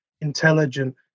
intelligent